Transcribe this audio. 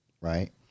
right